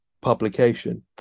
publication